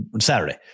Saturday